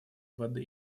воды